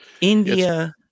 India